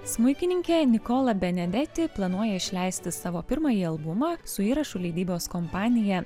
smuikininkė nikola benedeti planuoja išleisti savo pirmąjį albumą su įrašų leidybos kompanija